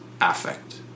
affect